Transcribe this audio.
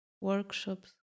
workshops